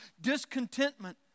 discontentment